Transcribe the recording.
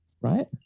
Right